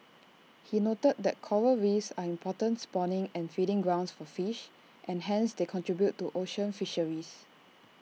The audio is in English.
he noted that Coral reefs are important spawning and feeding grounds for fish and hence they contribute to ocean fisheries